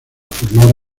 formar